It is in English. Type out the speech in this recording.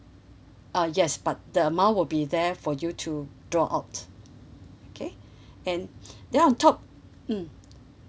uh yes but the amount will be there for you to draw out okay and then on top mm